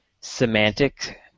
semantic